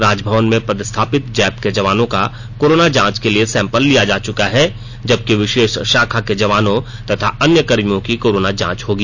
राजभवन में पदस्थापित जैप के जवानों का कोरोना जांच के लिए सेम्पल लिया जा चुका है जबकि आज विशेष शाखा के जवानों तथा अन्य कर्मियों की कोराना जांच होगी